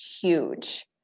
huge